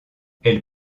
elle